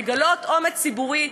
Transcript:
לגלות אומץ ציבורי,